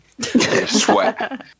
sweat